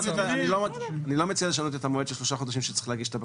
אני לא מציע לשנות את המועד של שלושה חודשים שבהם צריך להגיש את הבקשה.